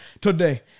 today